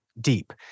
deep